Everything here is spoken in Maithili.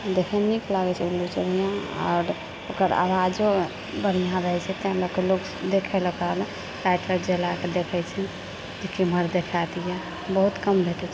देखएमे नीक लागैत छै उल्लू सभ नहि आर ओकर आवाजो बढ़िआँ रहैत छै ताहि लएके लोक ओकरा लए देखए लए लाइट जराके देखैत छै कि केम्हर देखाएत इएह बहुत कम भेटए छै